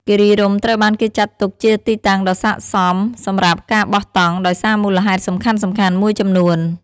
គិរីរម្យត្រូវបានគេចាត់ទុកជាទីតាំងដ៏ស័ក្តិសមសម្រាប់ការបោះតង់ដោយសារមូលហេតុសំខាន់ៗមួយចំនួន។